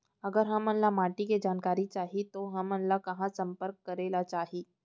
अगर हमन ला माटी के जानकारी चाही तो हमन ला कहाँ संपर्क करे ला चाही?